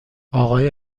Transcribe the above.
آقای